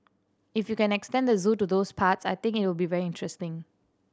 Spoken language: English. if you can extend the zoo to those parts I think it'll be very interesting